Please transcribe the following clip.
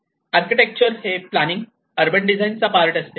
architecture हे planning urban design चा part असते